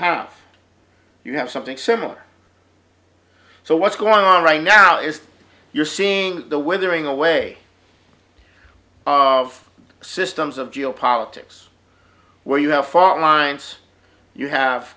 half you have something similar so what's going on right now is you're seeing the weathering away of systems of geopolitics where you have farm lines you have